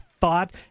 thought